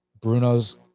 Bruno's